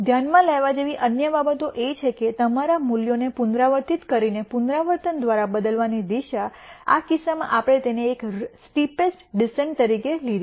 ધ્યાનમાં લેવા જેવી અન્ય બાબતો એ છે કે તમારા મૂલ્યોને પુનરાવર્તિત કરીને પુનરાવર્તન દ્વારા બદલવાની દિશા આ કિસ્સામાં આપણે તેને એક સ્ટીપેસ્ટ ડિસેન્ટ તરીકે લીધી છે